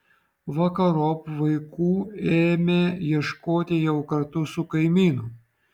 vakarop vaikų ėmė ieškoti jau kartu su kaimynu